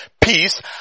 Peace